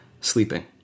sleeping